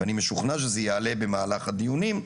ואני משוכנע שזה יעלה במהלך הדיונים,